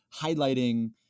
highlighting